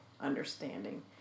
understanding